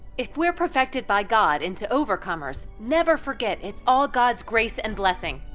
if we're perfected by god into overcomers, never forget it's all god's grace and blessing!